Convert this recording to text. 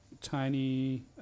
tiny